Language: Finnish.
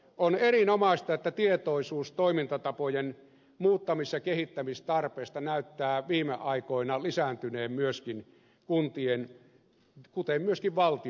on erinomaista että tietoisuus toimintatapojen muuttamis ja kehittämistarpeesta näyttää viime aikoina lisääntyneen niin kuntien kuten myöskin valtion puolella